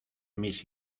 mis